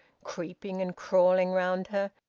creeping and crawling round her.